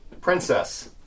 princess